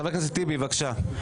חבר הכנסת טיבי, בבקשה.